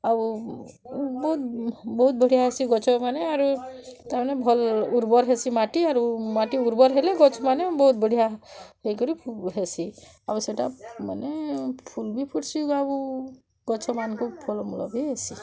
ଆଉ ବହୁତ୍ ବହୁତ୍ ବଢ଼ିଆ ହେସି ଗଛମାନେ ଆରୁ ତା' ମାନେ ଭଲ୍ ଉର୍ବର୍ ହେସି ମାଟି ଆରୁ ମାଟି ଉର୍ବର୍ ହେଲେ ଗଛ୍ମାନେ ବହୁତ୍ ବଢ଼ିଆ ହେଇକରି ହେସିଁ ଆଉ ସେଟା ମାନେ ଫୁଲ୍ ବି ଫୁଟ୍ସି ଆଉ ଗଛମାନ୍ଙ୍କୁ ଫଲମୂଲ ବି ହେସି